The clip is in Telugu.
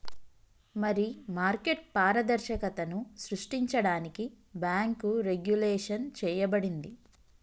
మరి మార్కెట్ పారదర్శకతను సృష్టించడానికి బాంకు రెగ్వులేషన్ చేయబడింది